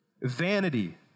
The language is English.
Vanity